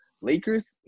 Lakers –